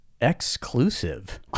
exclusive